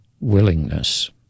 willingness